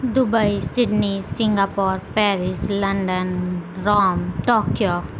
Dubai Sydney Singapore Paris London Rome Tokyo